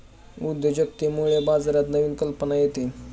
उद्योजकतेमुळे बाजारात नवीन कल्पना येते